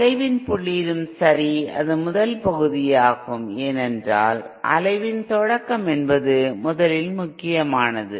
அலைவின் புள்ளியிலும் சரி அது முதல் பகுதியாகும் ஏனென்றால் அலைவின் தொடக்கம் என்பது முதலில் முக்கியமானது